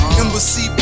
embassy